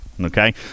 Okay